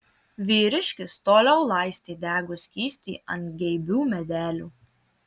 vyriškis toliau laistė degų skystį ant geibių medelių